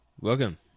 Welcome